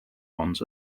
ones